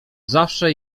zawsze